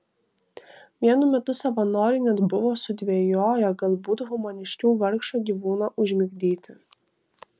vienu metu savanoriai net buvo sudvejoję galbūt humaniškiau vargšą gyvūną užmigdyti